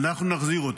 אנחנו נחזיר אותם,